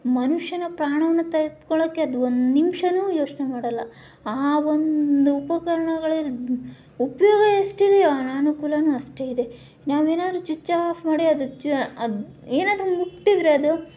ಮನುಷ್ಯನ ಪ್ರಾಣವನ್ನು ತೆಗೆದ್ಕೊಳ್ಳೋಕೆ ಅದು ಒಂದು ನಿಮಿಷನೂ ಯೋಚನೆ ಮಾಡೋಲ್ಲ ಆ ಒಂದು ಉಪಕರಣಗಳ ಉಪಯೋಗ ಎಷ್ಟಿದೆಯೋ ಅನಾನುಕೂಲವೂ ಅಷ್ಟೇ ಇದೆ ನಾವೇನಾದ್ರು ಚ್ವಿಚ್ ಆಫ್ ಮಾಡಿ ಅದು ಅದು ಏನಾದರೂ ಮುಟ್ಟಿದ್ದರೆ ಅದು